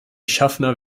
schaffner